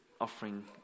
offering